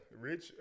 Rich